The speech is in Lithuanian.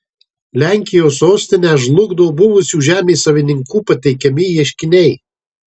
lenkijos sostinę žlugdo buvusių žemės savininkų pateikiami ieškiniai